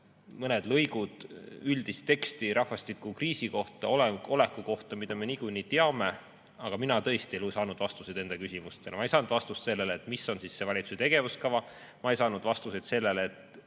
mõned lõigud üldist teksti rahvastikukriisi kohta, seisu kohta, mida me niikuinii teame, aga mina tõesti ei saanud vastuseid enda küsimustele. Ma ei saanud vastust sellele, mis on siis valitsuse tegevuskava. Ma ei saanud vastuseid sellele ega